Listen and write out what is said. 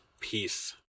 peace